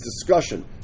discussion